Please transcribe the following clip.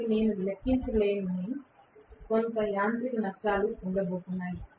కాబట్టి నేను లెక్కించలేని కొంత యాంత్రిక నష్టాలు ఉండబోతున్నాయి